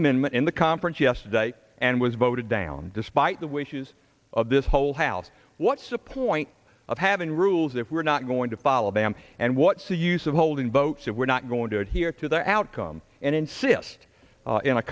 amendment in the conference yesterday and was voted down despite the wishes of this whole house what's a point of having rules if we're not going to follow them and what's the use of holding votes if we're not going to adhere to their outcome and insist in a